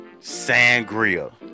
Sangria